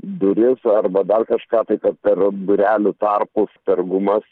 duris arba dar kažką tai kad per durelių tarpus per gumas